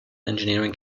engineering